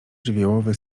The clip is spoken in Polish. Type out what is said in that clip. żywiołowy